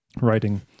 writing